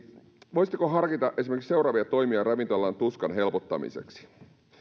voisitteko harkita esimerkiksi seuraavia toimia ravintola alan tuskan helpottamiseksi